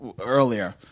earlier